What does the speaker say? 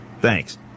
thanks